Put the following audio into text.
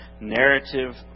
narrative